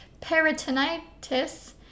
peritonitis